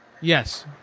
Yes